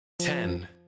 Ten